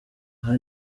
aha